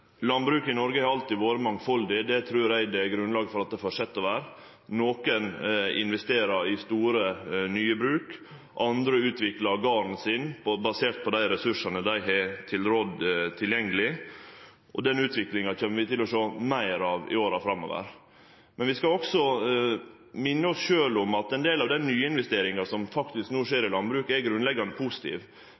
Landbruket i Noreg har alltid vore mangfaldig. Det trur eg det er grunnlag for at det fortset å vere. Nokon investerer i store, nye bruk. Andre utviklar garden sin basert på dei ressursane dei har tilgjengelege, og den utviklinga kjem vi til å sjå meir av i åra framover. Vi skal også minne oss sjølve om at ein del av den nyinvesteringa som faktisk no skjer i landbruket, er grunnleggjande positiv.